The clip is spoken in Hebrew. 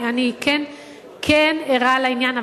אני כן ערה לעניין,